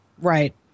Right